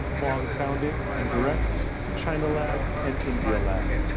huang founded and directs china lab and india lab,